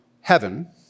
heaven